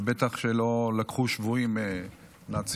ובטח שלא לקחו שבויים נאצים.